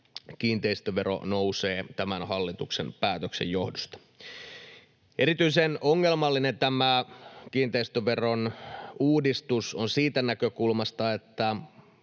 kiinteistövero nousee tämän hallituksen päätöksen johdosta. Erityisen ongelmallinen tämä kiinteistöveron uudistus on siitä näkökulmasta, että